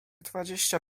dwadzieścia